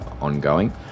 ongoing